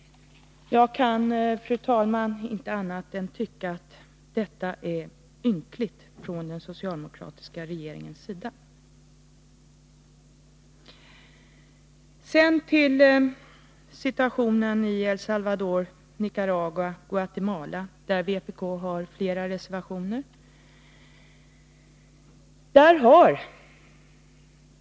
Jag kan, fru talman, inte tycka annat än att det är ynkligt av den socialdemokratiska regeringen. Sedan till situationen i El Salvador, Nicaragua och Guatemala.